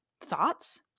thoughts